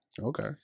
Okay